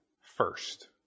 first